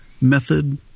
method